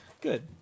Good